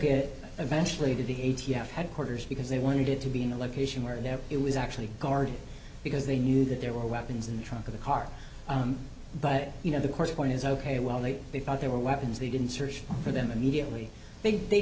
it eventually to the a t f headquarters because they wanted it to be in a location where it was actually guard because they knew that there were weapons in the trunk of the car but you know the course point is ok well they they thought they were weapons they didn't search for them immediately they